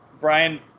Brian